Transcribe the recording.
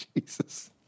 Jesus